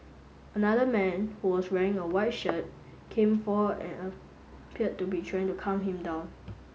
another man who was wearing a white shirt came forward and appeared to be trying to calm him down